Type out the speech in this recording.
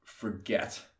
forget